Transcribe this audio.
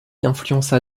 influença